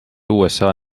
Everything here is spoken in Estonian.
usa